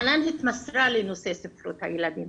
חנאן התמסרה לנושא ספרות הילדים,